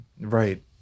right